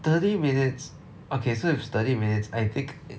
thirty minutes okay so if thirty minutes I think it